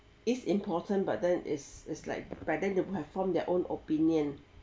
it's important but then it's it's like by then they would have form their own opinion